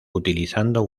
utilizando